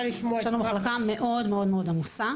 יש לנו מחלקה מאוד עמוסה